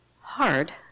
hard